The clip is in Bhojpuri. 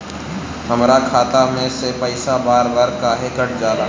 हमरा खाता में से पइसा बार बार काहे कट जाला?